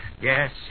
Yes